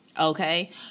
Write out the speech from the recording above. okay